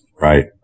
Right